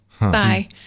Bye